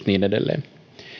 niin edelleen